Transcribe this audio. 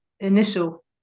Initial